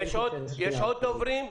יש עוד דוברים?